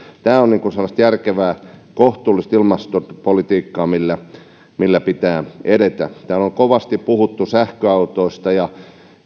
tämä on sellaista järkevää kohtuullista ilmastopolitiikkaa millä millä pitää edetä täällä on kovasti puhuttu sähköautoista ja